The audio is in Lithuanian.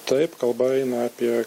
taip kalba eina apie